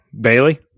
Bailey